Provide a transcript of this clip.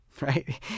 Right